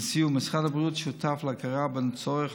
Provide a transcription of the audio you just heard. לסיום, משרד הבריאות שותף להכרה בצורך